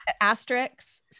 asterisks